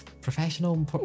professional